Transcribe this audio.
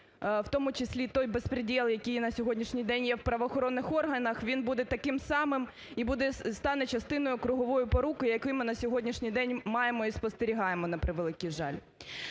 в тому числі той бєспрєдєл, який на сьогоднішній день є в правоохоронних органах, він буде таким самим і стане частиною кругової поруки, яку ми на сьогоднішній день маємо і спостерігаємо, на превеликий жаль.